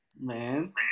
man